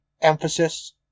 emphasis